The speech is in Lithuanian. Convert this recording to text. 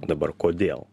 dabar kodėl